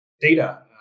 data